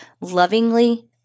lovingly